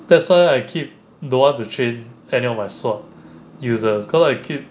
that's why I keep don't want to change any of my sword users cause I keep